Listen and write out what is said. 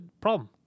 problem